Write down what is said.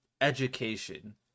education